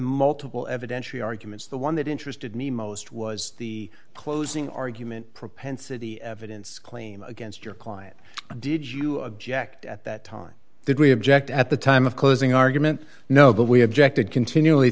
multiple evidentiary arguments the one that interested me most was the closing argument propensity evidence claim against your client did you object at that time did we object at the time of closing argument no but we have ject it continually